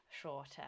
shorter